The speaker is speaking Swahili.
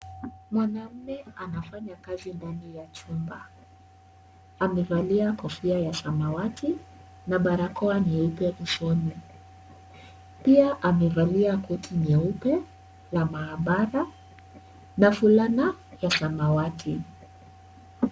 Mwanaume anafanya kazi ndani ya chumba amevalia kofia ya samawati na barakoa nyeupe usoni Pia amevalia koti jeupe la maabara na fulana ya samawati.